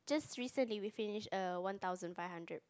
just recently we finish a one thousand five hundred